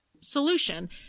solution